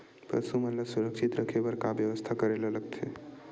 पशु मन ल सुरक्षित रखे बर का बेवस्था करेला लगथे?